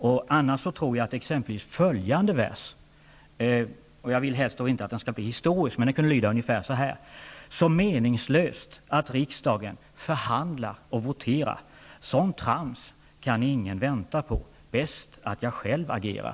Om försvarsministern inte ger ett positivt svar på frågan, skulle följande vers -- som jag helst inte vill skall bli historisk -- kunna passa in: Så meningslöst att riksdagen förhandlar och voterar. Sådant trams kan ingen vänta på. Bäst att jag själv agerar.